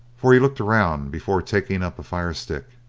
for he looked around before takingup a firestick.